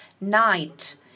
night